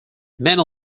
many